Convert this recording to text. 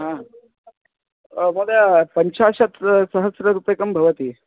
हा महोदय पञ्चाशत्सहस्ररूप्यकं भवति